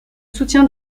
soutien